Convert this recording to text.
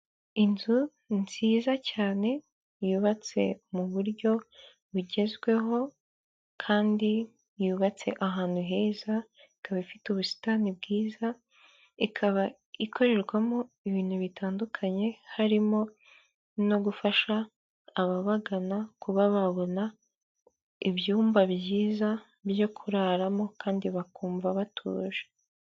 Inzu nziza cyane yubatse mu buryo bugezweho kandi yubatse ahantu heza, ikaba ifite ubusitani bwiza, ikaba ikorerwamo ibintu bitandukanye harimo no gufasha ababagana kuba babona ibyumba byiza byo kuraramo kandi bakumva batuje.